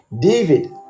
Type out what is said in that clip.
david